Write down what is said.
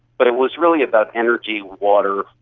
but it was really about energy, water,